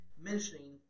mentioning